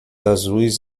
azuis